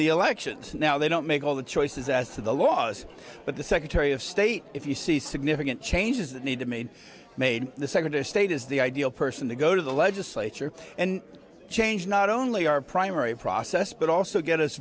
the elections now they don't make all the choices as to the laws but the secretary of state if you see significant changes that need to mean made the secretary of state is the ideal person to go to the legislature and change not only our primary process but also get us